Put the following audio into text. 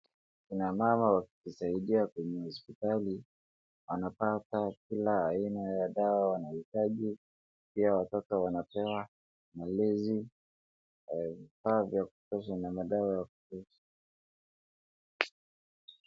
Kuna mama wa kujisaidia kwenye hospitali, anapata kila aina ya dawa wanayohitaji, pia watoto wanapewa malezi, vifaa vya kutosha na madawa ya kutosha.